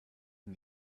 and